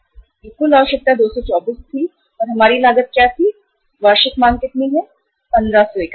यह कुल आवश्यकता 224 थी और हमारी लागत क्या थी वार्षिक मांग कितनी है 1500 इकाइयों